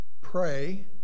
pray